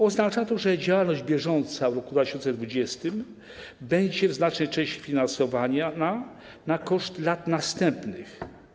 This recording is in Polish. Oznacza to, że działalność bieżąca w roku 2020 będzie w znacznej części finansowana na koszt lat następnych.